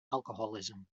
alcoholism